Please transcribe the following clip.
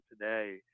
today